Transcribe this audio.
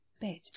bed